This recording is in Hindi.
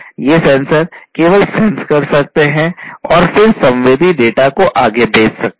ये सेंसर केवल सेंस कर सकते हैं और फिर संवेदी डेटा को आगे भेज सकते हैं